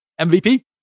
MVP